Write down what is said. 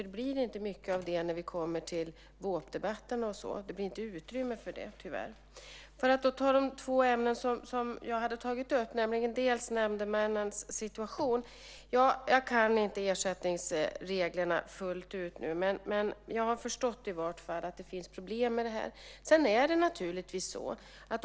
Det blir inte mycket av det när vi kommer till debatten om vårpropositionen. Det blir tyvärr inte utrymme för det. Jag ska gå till de två ämnen som jag hade tagit upp. Det är först fråga om nämndemännens situation. Jag kan inte ersättningsreglerna fullt ut. Men jag har i vart fall förstått det finns problem med detta.